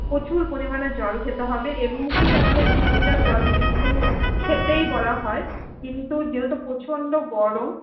প্রচুর পরিমাণে জল খেতে হবে এমনিতেই আমাদের তিন লিটার জল কিন্তু খেতেই বলা হয় কিন্তু যেহেতু প্রচণ্ড গরম